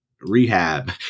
rehab